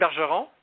Bergeron